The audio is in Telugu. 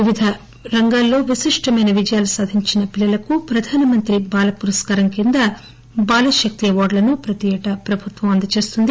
వివిధ రంగాల్లో విశిష్టమైన విజయాలు సాధించిన పిల్లలకు ప్రధానమంత్రి బాల పురస్కారం కింద బాల శక్తి అవార్డులు ప్రతియేటా ప్రభుత్వం అందజేస్తుంది